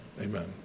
Amen